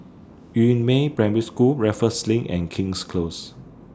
Yu Meng Primary School Raffles LINK and King's Close